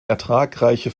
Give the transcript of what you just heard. ertragreiche